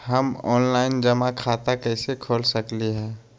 हम ऑनलाइन जमा खाता कईसे खोल सकली ह?